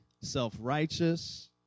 self-righteous